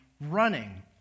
running